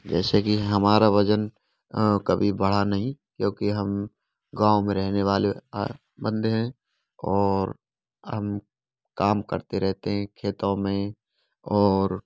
जैसे कि हमारा वजन कभी बढ़ा नहीं क्योंकि हम गाँव में रहने वाले बन्दे हैं और हम काम करते रहते हैं खेतों में और